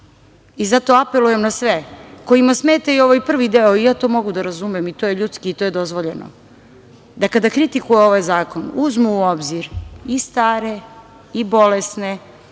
zakon. Zato apelujem na sve kojima smeta i ovaj prvi deo i ja to mogu da razumem i to je ljudski i to je dozvoljeno, da kada kritikuju ovaj zakon uzmu u obzir i stare i bolesne